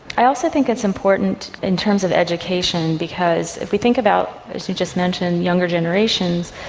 i also think it's important in terms of education because if we think about, as you just mentioned, younger generations,